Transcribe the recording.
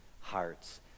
hearts